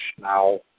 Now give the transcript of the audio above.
now